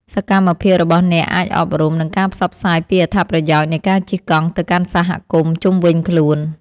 សកម្មភាពរបស់អ្នកអាចអប់រំ និងការផ្សព្វផ្សាយពីអត្ថប្រយោជន៍នៃការជិះកង់ទៅកាន់សហគមន៍ជុំវិញខ្លួន។